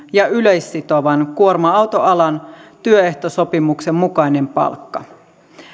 ja yleissitovan kuorma autoalan työehtosopimuksen mukainen palkka